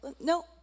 no